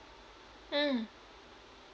mm